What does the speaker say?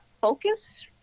focus